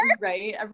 Right